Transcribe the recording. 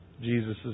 Jesus